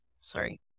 Sorry